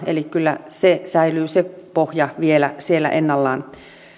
eli kyllä se pohja säilyy vielä siellä ennallaan